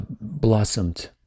blossomed